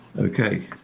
okay.